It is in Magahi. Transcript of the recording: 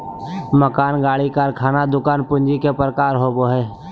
मकान, गाड़ी, कारखाना, दुकान पूंजी के प्रकार होबो हइ